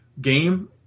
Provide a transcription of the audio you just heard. game